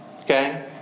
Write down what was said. Okay